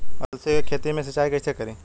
अलसी के खेती मे सिचाई कइसे करी?